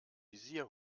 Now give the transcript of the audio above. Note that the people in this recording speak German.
visier